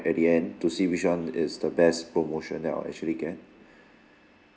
at the end to see which one is the best promotion that I'll actually get